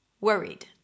worried